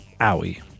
Owie